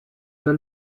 del